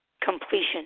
Completion